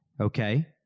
okay